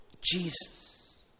Jesus